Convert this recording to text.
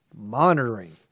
monitoring